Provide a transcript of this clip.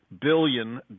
billion